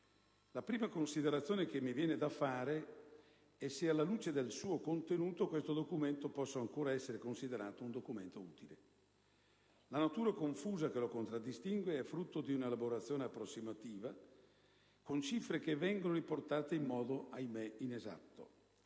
La prima considerazione che mi viene da fare è se, alla luce del suo contenuto, questo documento possa ancora essere considerato utile. La natura confusa che lo contraddistingue è frutto di un'elaborazione approssimativa, con cifre che vengono riportate in modo, ahimè, inesatto.